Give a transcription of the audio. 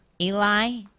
eli